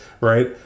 right